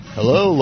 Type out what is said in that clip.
Hello